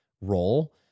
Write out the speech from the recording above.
role